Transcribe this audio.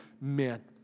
men